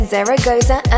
Zaragoza